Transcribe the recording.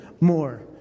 more